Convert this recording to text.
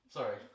Sorry